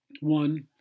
One